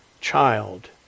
child